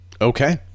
Okay